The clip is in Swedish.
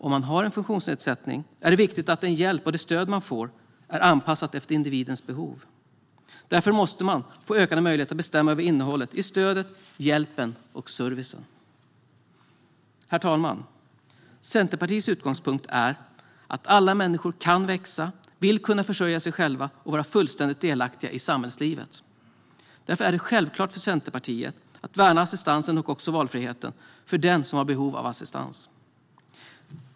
Om man har en funktionsnedsättning är det viktigt att den hjälp och det stöd man får är anpassat efter individens behov. Därför måste man få ökade möjligheter att bestämma över innehållet i stödet, hjälpen och servicen. Herr talman! Centerpartiets utgångspunkt är att alla människor kan växa och vill försörja sig själva och vara fullt delaktiga i samhällslivet. Därför är det självklart för Centerpartiet att värna assistansen och också valfriheten för den som har behov av assistans.